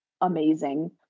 amazing